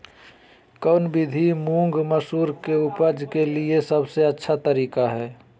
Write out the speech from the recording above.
कौन विधि मुंग, मसूर के उपज के लिए सबसे अच्छा तरीका है?